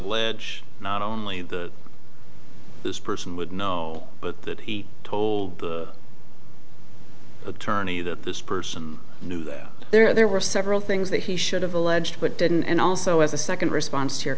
ege not only that this person would know but that he told attorney that this person knew that there were several things that he should have alleged but didn't and also as a second response to your